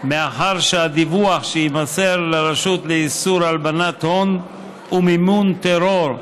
מאחר שהדיווח שיימסר לרשות לאיסור הלבנת הון ומימון טרור,